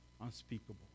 unspeakable